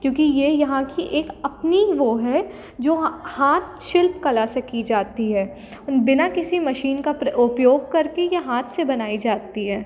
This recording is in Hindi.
क्योंकि ये यहाँ कि एक अपनी वो है जो हाथ शिल्पकला से की जाती है बिना किसी मशीन का उपयोग कर के ये हाथ से बनाई जाती है